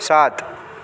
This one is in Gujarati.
સાત